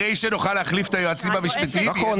אחרי שנוכל להחליף את היועצים המשפטיים --- נכון,